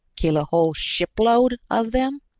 kill a whole shipload of them?